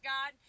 God